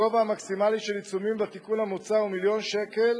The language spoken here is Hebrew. הגובה המקסימלי של עיצומים בתיקון המוצע הוא מיליון שקל,